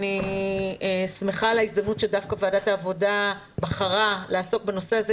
אני שמחה על ההזדמנות שדווקא ועדת העבודה בחרה לעסוק בנושא הזה,